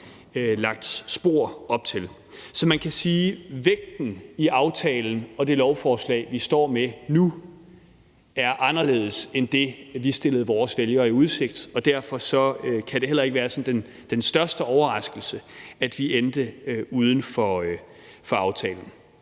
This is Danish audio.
lagt spor ud til. Så man kan sige, at vægten i aftalen og det lovforslag, vi står med nu, er anderledes end det, vi stillede vores vælgere i udsigt, og derfor kan det heller ikke være den sådan største overraskelse, at vi endte uden for aftalen.